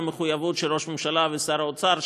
המחויבות של ראש הממשלה ושל שר האוצר,